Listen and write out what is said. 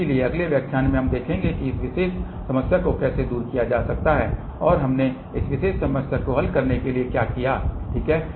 इसलिए अगले व्याख्यान में हम देखेंगे कि इस विशेष समस्या को कैसे दूर किया जा सकता है और हमने इस विशेष समस्या को हल करने के लिए क्या किया ठीक है